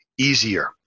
easier